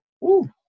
Woo